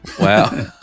Wow